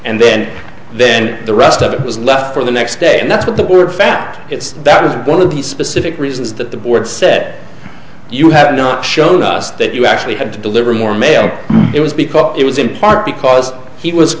and then then the rest of it was left for the next day and that's what the word fact is that is one of the specific reasons that the board said you have not shown us that you actually had to deliver more mail it was because it was in part because he was